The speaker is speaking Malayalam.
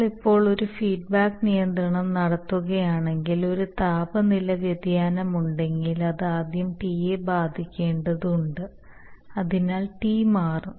നമ്മൾ ഇപ്പോൾ ഒരു ഫീഡ്ബാക്ക് നിയന്ത്രണം നടത്തുകയാണെങ്കിൽ ഒരു താപനില വ്യതിയാനമുണ്ടെങ്കിൽ അത് ആദ്യം T യെ ബാധിക്കേണ്ടതുണ്ട് അതിനാൽ T മാറും